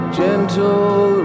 gentle